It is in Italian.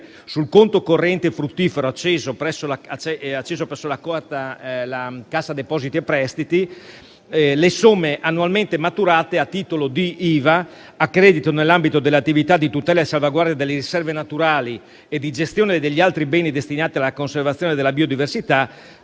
sul conto corrente fruttifero acceso presso Cassa depositi e prestiti, le somme annualmente maturate a titolo di IVA a credito nell'ambito delle attività di tutela e salvaguardia delle riserve naturali e di gestione degli altri beni destinati alla conservazione della biodiversità,